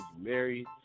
married